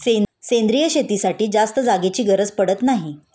सेंद्रिय शेतीसाठी जास्त जागेची गरज पडत नाही